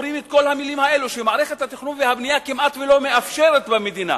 אומרים את כל המלים האלו שמערכת התכנון והבנייה כמעט לא מאפשרת במדינה.